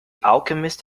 alchemist